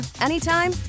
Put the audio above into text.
anytime